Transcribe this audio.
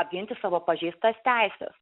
apginti savo pažeistas teises